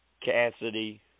Cassidy